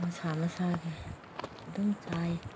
ꯃꯁꯥ ꯃꯁꯥꯒꯤ ꯑꯗꯨꯝ ꯆꯥꯏ